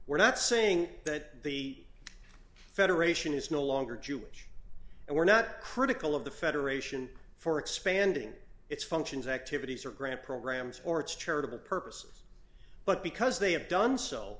we're not saying that the federation is no longer jewish and we're not critical of the federation for expanding its functions activities or grant programs for its charitable purposes but because they have done so